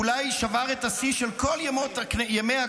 אולי שבר את השיא של כל ימי הכנסת